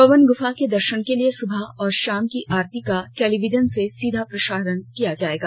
पावन गुफा के दर्शन के लिए सुबह और शाम की आरती का टेलीविजन से सीधा प्रसारण किया जाएगा